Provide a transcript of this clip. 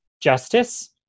Justice